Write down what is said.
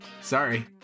Sorry